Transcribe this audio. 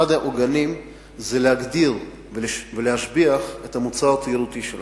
אחד העוגנים זה להגדיר ולהשביח את המוצר התיירותי שלנו.